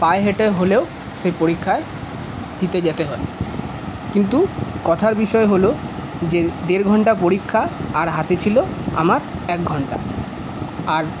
পায়ে হেঁটে হলেও সেই পরীক্ষা দিতে যেতে হয় কিন্তু কথার বিষয় হল যে দেড় ঘন্টা পরীক্ষা আর হাতে ছিল আমার এক ঘণ্টা আর